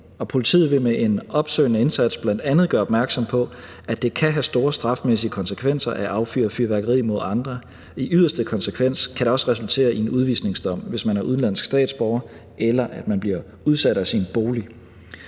Politiet vil med en opsøgende indsats bl.a. gøre opmærksom på, at det kan have store strafmæssige konsekvenser at affyre fyrværkeri mod andre – i yderste konsekvens kan det også resultere i en udvisningsdom, hvis man er udenlandsk statsborger, eller at man bliver udsat af sin bolig.